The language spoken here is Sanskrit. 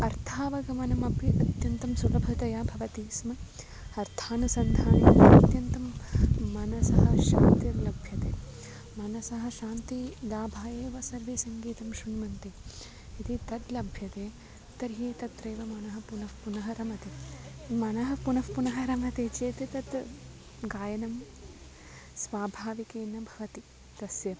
अर्थावगमनम् अपि अत्यन्तं सुलभतया भवति स्म अर्थानुसन्धानेन अत्यन्तं मनसः शान्तिर्लभ्यते मनसः शान्तिः लाभः एव सर्वे सङ्गीतं श्रुण्वन्ति यदि तत् लभ्यते तर्हि तत्रैव मनः पुनः पुनः रमते मनःपुनः पुनः रमते चेत् तत् गायनं स्वाभाविकेन भवति तस्य